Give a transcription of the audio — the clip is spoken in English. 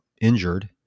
injured